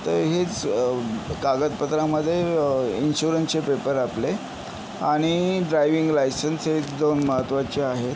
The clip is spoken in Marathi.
तर हेच कागदपत्रामध्ये इन्शुरनचे पेपर आपले आणि ड्रायविंग लायसन्स एकदम महत्त्वाचे आहे